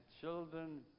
children